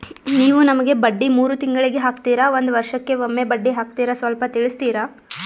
ನೀವು ನಮಗೆ ಬಡ್ಡಿ ಮೂರು ತಿಂಗಳಿಗೆ ಹಾಕ್ತಿರಾ, ಒಂದ್ ವರ್ಷಕ್ಕೆ ಒಮ್ಮೆ ಬಡ್ಡಿ ಹಾಕ್ತಿರಾ ಸ್ವಲ್ಪ ತಿಳಿಸ್ತೀರ?